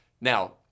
Now